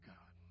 God